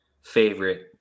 favorite